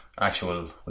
actual